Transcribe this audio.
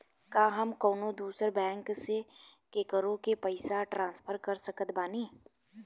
का हम कउनों दूसर बैंक से केकरों के पइसा ट्रांसफर कर सकत बानी?